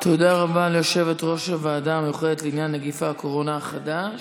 תודה רבה ליושבת-ראש הוועדה המיוחדת לעניין נגיף הקורונה החדש.